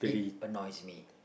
annoys me